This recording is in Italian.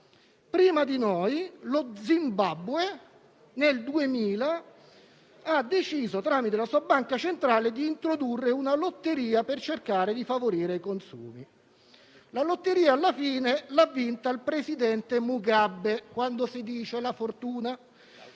prima di noi lo Zimbabwe nel 2000 ha deciso, tramite la sua banca centrale, di introdurre una lotteria per cercare di favorire i consumi. La lotteria alla fine l'ha vinta il presidente Mugabe (quando si dice la fortuna),